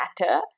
matter